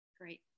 Great